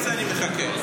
שנה וחצי אני מחכה.